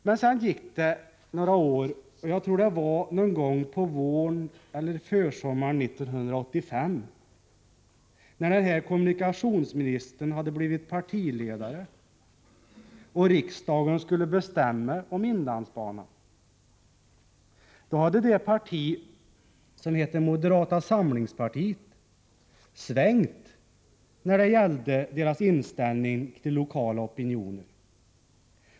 Men sedan gick det några år, och jag tror det var någon gång på våren eller försommaren 1985, när den här kommunikationsministern hade blivit partiledare, och riksdagen skulle bestämma om inlandsbanan. Då hade det parti som heter moderata samlingspartiet svängt när det gällde dess inställning till lokala opinioner.